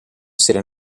serie